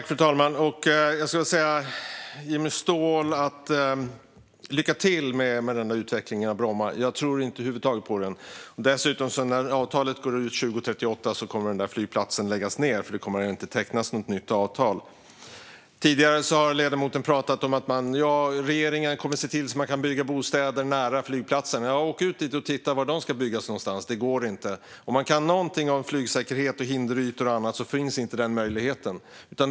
Fru talman! Lycka till med den utvecklingen av Bromma, Jimmy Ståhl! Jag tror inte på den över huvud taget. När avtalet går ut 2038 kommer dessutom flygplatsen att läggas ned. Det kommer inte att tecknas något nytt avtal. Tidigare har ledamoten pratat om att regeringen kommer att se till så att man kan bygga bostäder nära flygplatsen. Åk ut dit och titta var de ska byggas! Det går inte. Om man kan någonting om flygsäkerhet, hinderytor och annat inser man att den möjligheten inte finns.